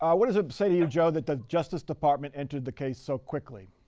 what does it say to you, joe, that the justice department entered the case so quickly?